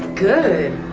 good,